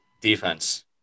Defense